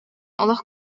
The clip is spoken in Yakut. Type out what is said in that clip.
олох